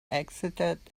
exited